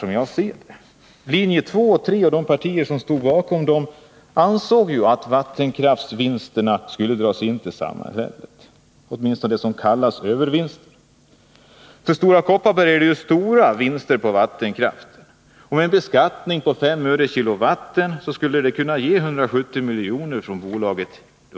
Linjerna 2 och 3 i folkomröstningen och de partier som stod bakom dessa linjer ansåg ju att vattenkraftsvinsterna skulle dras in till samhället. Det gällde åtminstone det som kallas övervinster. Stora Kopparberg gör stora vinster på vattenkraften. En beskattning med Söre per k Wh skulle kunna ge 170 miljoner från bolaget.